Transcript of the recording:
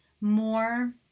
more